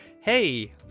Hey